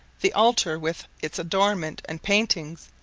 the altar with its adornments and paintings,